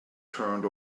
turned